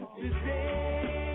today